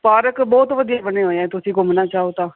park ਬਹੁਤ ਵਧੀਆ ਹੀ ਬਣੇ ਹੋਏ ਹੈ ਤੁਸੀਂ ਘੁੰਮਣਾ ਚਾਹੋ ਤਾਂ